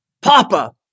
Papa